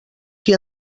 qui